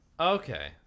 Okay